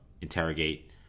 interrogate